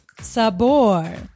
Sabor